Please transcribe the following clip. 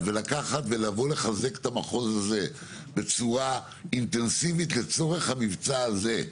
ולקחת ולבוא לחזק את המחוז הזה בצורה אינטנסיבית לצורך המבצע הזה,